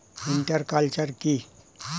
Inter culture কি?